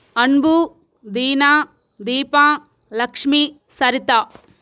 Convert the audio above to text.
Anbu Deena Deepa Lakshmi Saritha